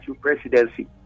presidency